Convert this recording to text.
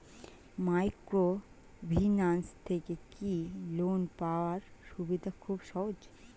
Microfinance থেকে কি loan পাওয়ার সুবিধা খুব সহজ?